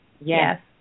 Yes